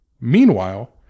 Meanwhile